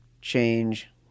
change